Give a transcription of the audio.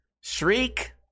Shriek